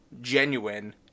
genuine